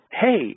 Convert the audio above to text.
hey